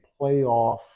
playoff